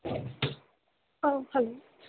hello